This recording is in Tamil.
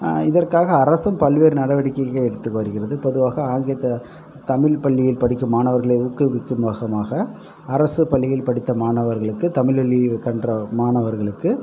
இதற்காக அரசும் பல்வேறு நடவடிக்கைகள் எடுத்து வருகிறது பொதுவாக ஆங்கிலத்தில் தமிழ் பள்ளியில் படிக்கும் மாணவர்களை ஊக்குவிக்கும் வகமாக அரசு பள்ளியில் படித்த மாணவர்களுக்கு தமிழ் வழியில் கன்ற மாணவர்களுக்கு